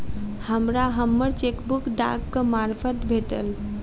हमरा हम्मर चेकबुक डाकक मार्फत भेटल